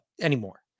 anymore